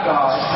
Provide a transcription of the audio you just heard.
God